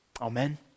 Amen